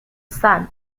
son